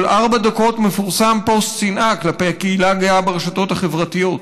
כל ארבע דקות מפורסם פוסט שנאה כלפי הקהילה הגאה ברשתות החברתיות,